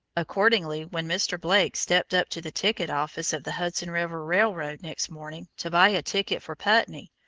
accordingly when mr. blake stepped up to the ticket office of the hudson river railroad next morning, to buy a ticket for putney,